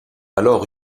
alors